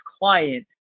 client